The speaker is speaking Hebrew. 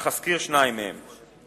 אך אזכיר שניים מהם.